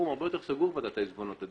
ועדת העיזבונות היא פורום סגור הרבה יותר,